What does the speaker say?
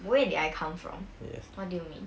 where did I come from what do you mean